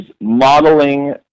modeling